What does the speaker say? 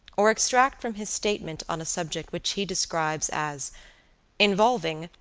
or extract from his statement on a subject which he describes as involving,